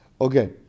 Okay